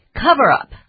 Cover-up